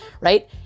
right